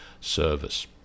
service